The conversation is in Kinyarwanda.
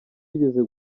yigeze